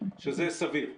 שזה סביר.